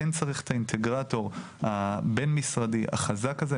כן צריך את האינטגרטור הבין-משרדי החזק הזה,